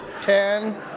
ten